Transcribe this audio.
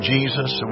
Jesus